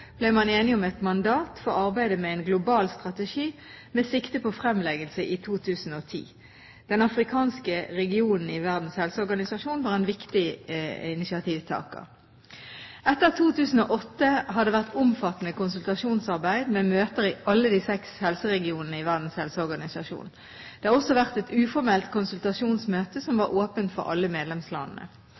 ble man enige om et mandat for arbeidet med en global strategi med sikte på fremleggelse i 2010. Den afrikanske regionen i Verdens helseorganisasjon var en viktig initiativtaker. Etter 2008 har det vært omfattende konsultasjonsarbeid med møter i alle de seks helseregionene i Verdens helseorganisasjon. Det har også vært et uformelt konsultasjonsmøte som var åpent for alle medlemslandene.